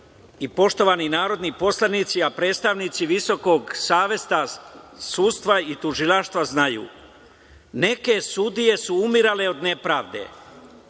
i poštovani narodni poslanici, a predstavnici Visokog saveta sudstva i tužilaštva znaju, neke sudije su umirale od nepravde,